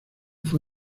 fue